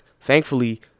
thankfully